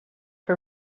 her